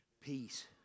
peace